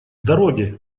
дороги